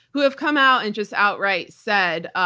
who have come out and just outright said,